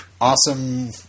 awesome